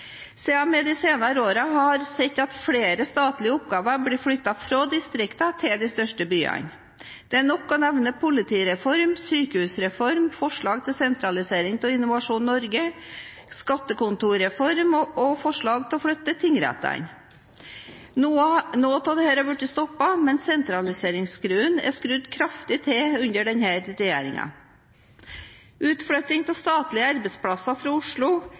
de senere årene har sett at flere statlige oppgaver er blitt flyttet fra distriktene til de største byene. Det er nok å nevne politireformen, sykehusreformen, forslag om sentralisering av Innovasjon Norge, skattekontorreformen og forslag om å flytte tingrettene. Noe av dette har blitt stoppet, men sentraliseringsskruen har blitt skrudd kraftig til under denne regjeringen. Utflytting av statlige arbeidsplasser fra Oslo